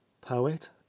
poet